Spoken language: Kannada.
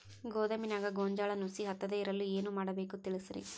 ಗೋದಾಮಿನ್ಯಾಗ ಗೋಂಜಾಳ ನುಸಿ ಹತ್ತದೇ ಇರಲು ಏನು ಮಾಡಬೇಕು ತಿಳಸ್ರಿ